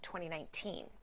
2019